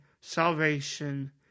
salvation